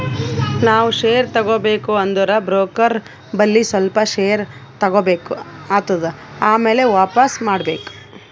ನಾವ್ ಶೇರ್ ತಗೋಬೇಕ ಅಂದುರ್ ಬ್ರೋಕರ್ ಬಲ್ಲಿ ಸ್ವಲ್ಪ ಶೇರ್ ತಗೋಬೇಕ್ ಆತ್ತುದ್ ಆಮ್ಯಾಲ ವಾಪಿಸ್ ಮಾಡ್ಬೇಕ್